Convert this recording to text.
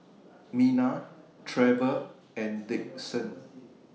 Mina Trevor and Dixon